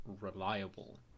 reliable